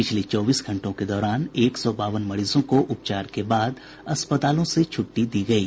पिछले चौबीस घंटों के दौरान एक सौ बावन मरीजों को उपचार के बाद अस्पतालों से छूट्टी दी गयी